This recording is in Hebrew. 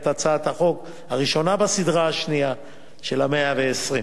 את הצעת החוק הראשונה בסדרה השנייה של ה-120.